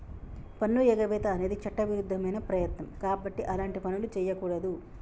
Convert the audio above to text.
పన్నుఎగవేత అనేది చట్టవిరుద్ధమైన ప్రయత్నం కాబట్టి అలాంటి పనులు చెయ్యకూడదు